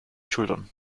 schultern